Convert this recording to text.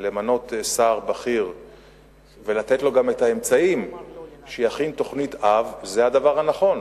למנות שר בכיר ולתת לו גם את האמצעים שיכין תוכנית-אב זה הדבר הנכון.